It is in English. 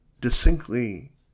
distinctly